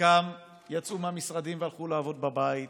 חלקם יצאו מהמשרדים והלכו לעבוד בבית,